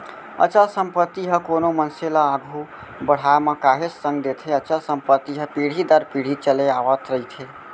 अचल संपत्ति ह कोनो मनसे ल आघू बड़हाय म काहेच संग देथे अचल संपत्ति ह पीढ़ी दर पीढ़ी चले आवत रहिथे